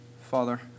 Father